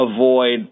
avoid